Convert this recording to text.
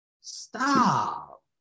Stop